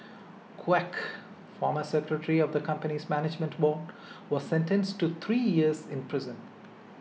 Quek former secretary of the company's management board was sentenced to three years in prison